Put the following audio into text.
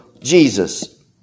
Jesus